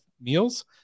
meals